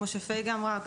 כמו שפייגא אמרה,